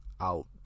out